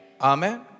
Amen